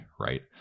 right